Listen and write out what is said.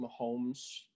Mahomes